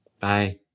Bye